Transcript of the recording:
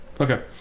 Okay